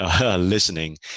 listening